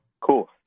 Cool